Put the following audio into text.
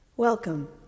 Welcome